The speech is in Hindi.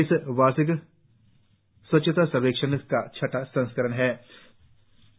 यह वार्षिक स्वच्छता सर्वेक्षण का छठा संस्करण होगा